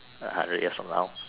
a hundred years from now